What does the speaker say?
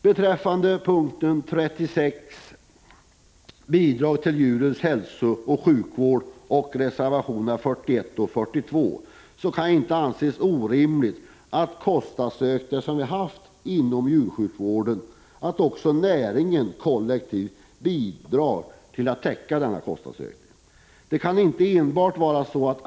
Beträffande punkt 36, bidrag till djurens hälsooch sjukvård, och reservationerna 41 och 42 vill jag deklarera att det inte kan anses orimligt att också näringen kollektivt bidrar till att täcka den kostnadsökning som vi har haft inom djursjukvården.